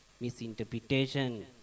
Misinterpretation